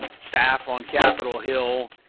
and staff on capitol hill,